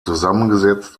zusammengesetzt